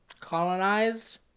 colonized